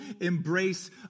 embrace